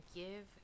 give